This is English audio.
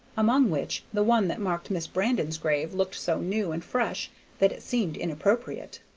among which the one that marked miss brandon's grave looked so new and fresh that it seemed inappropriate.